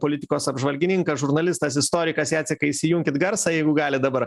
politikos apžvalgininkas žurnalistas istorikas jacekai įjunkit garsą jeigu galit dabar